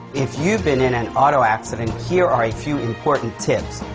if you been in an auto accident, here are a few important tips,